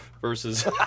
versus